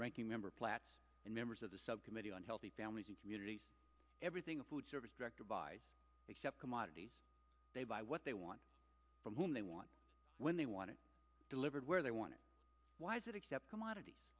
ranking member plats and members of the subcommittee on healthy families and communities everything a food service director buys except commodities they buy what they want from whom they want when they want it delivered where they want it why is it except commodities